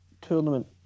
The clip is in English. tournament